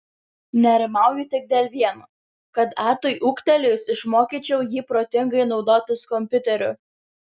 nerimauju tik dėl vieno kad atui ūgtelėjus išmokyčiau jį protingai naudotis kompiuteriu